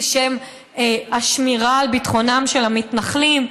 בשם השמירה על ביטחונם של המתנחלים.